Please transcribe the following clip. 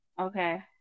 Okay